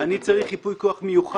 אני צריך ייפוי כוח מיוחד,